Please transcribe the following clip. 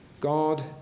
God